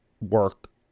work